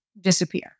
disappear